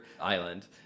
island